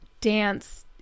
dance